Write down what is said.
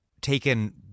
taken